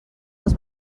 als